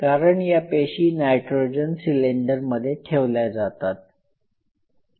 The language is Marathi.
कारण या पेशी नायट्रोजन सिलेंडरमध्ये ठेवल्या जातात